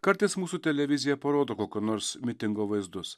kartais mūsų televizija parodo kokio nors mitingo vaizdus